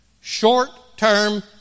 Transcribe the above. short-term